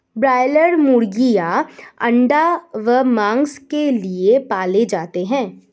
broiler मुर्गीयां अंडा व मांस के लिए पाले जाते हैं